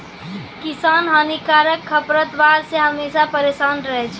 किसान हानिकारक खरपतवार से हमेशा परेसान रहै छै